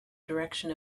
direction